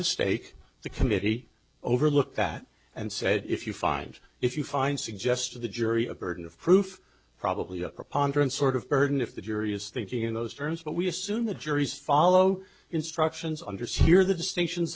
mistake the committee overlooked that and said if you find if you find suggest to the jury a burden of proof probably a preponderance sort of burden if the jury is thinking in those terms but we assume the juries follow instructions understeer the distinctions